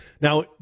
Now